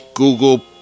Google